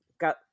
got